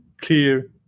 clear